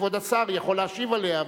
כבוד השר יכול להשיב עליה,